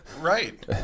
right